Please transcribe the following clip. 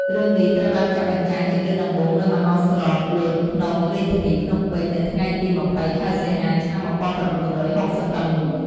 រឿងនេះត្រូវបានចាក់បញ្ចាំងជាលើកដំបូងនៅមហោស្រពលុច្ស ក្នុង រាជធានីភ្នំពេញ នៅថ្ងៃទី២០ ខែសីហា ឆ្នាំ១៩៦៦។